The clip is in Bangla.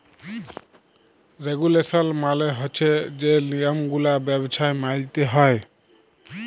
রেগুলেশল মালে হছে যে লিয়মগুলা ব্যবছায় মাইলতে হ্যয়